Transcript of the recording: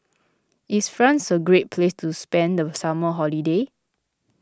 is France a great place to spend the summer holiday